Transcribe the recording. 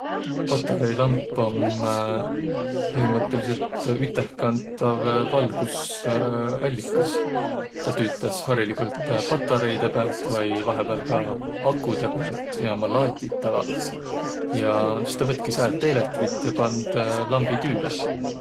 Patareilamp om põhimõttõlisõlt ütehkantav valgusallikas. Tä tüütäs hariligult patareide päält vai vaihõpääl ka akudõ päält ja ummaq laaditavaq. Ja sis tä võttki säält eelektrit ja pand lambi tüüle.